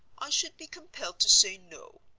i should be compelled to say no.